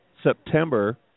september